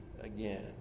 again